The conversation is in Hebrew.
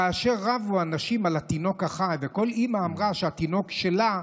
כאשר רבו הנשים על התינוק החי וכל אימא אמרה שהתינוק שלה,